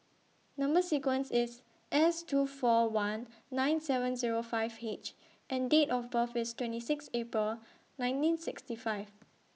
Number sequence IS S two four one nine seven Zero five H and Date of birth IS twenty six April nineteen sixty five